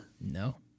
No